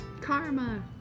Karma